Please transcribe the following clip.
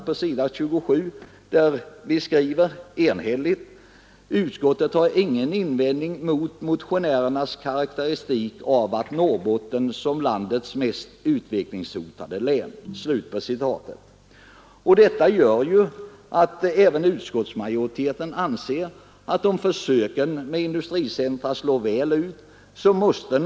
På s. 27 skriver vi där enhälligt: ”Utskottet har ingen invändning mot motionärernas karakteristik av Norrbotten som landets mest utvecklingshotade län.” Även utskottsmajoriteten anser sålunda att Norrbotten måste komma i fråga om försöken med industricentra slår väl ut.